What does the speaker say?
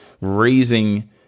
raising